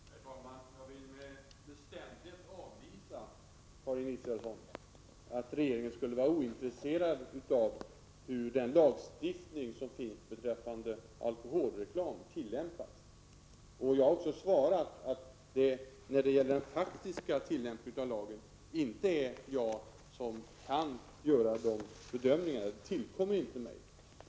Herr talman! Jag vill med bestämdhet avvisa Karin Israelssons påstående att regeringen skulle vara ointresserad av hur den lagstiftning som finns beträffande alkoholreklam tillämpas. Jag har också svarat att det när det gäller den faktiska tillämpningen av lagen inte är jag som kan göra dessa bedömningar. Det tillkommer inte mig.